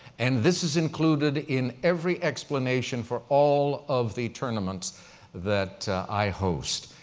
and this is included in every explanation for all of the tournaments that i host.